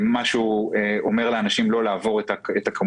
הכמויות שהוא אומר לאנשים לא לעבור אותן,